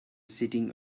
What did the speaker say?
sitting